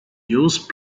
used